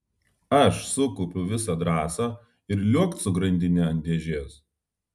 aš sukaupiau visą drąsą ir liuokt su grandine ant dėžės